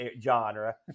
genre